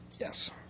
Yes